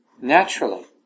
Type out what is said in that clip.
naturally